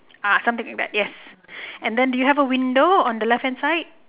ah something like that yes then do you have a window on the left hand side